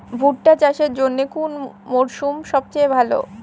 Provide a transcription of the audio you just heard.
ভুট্টা চাষের জন্যে কোন মরশুম সবচেয়ে ভালো?